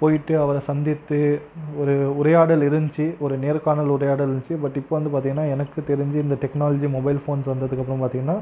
போய்விட்டு அவரை சந்தித்து ஒரு உரையாடல் இருந்துச்சு ஒரு நேர்காணல் உரையாடல் இருந்துச்சு பட் இப்போது வந்து பார்த்தீங்கன்னா எனக்கு தெரிஞ்சு இந்த டெக்னலாஜி மொபைல் ஃபோன்ஸ் வந்ததுக்கு அப்புறம் வந்து பார்த்தீங்கன்னா